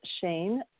Shane